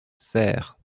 serres